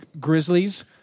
Grizzlies